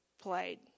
played